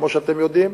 כמו שאתם יודעים,